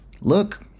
look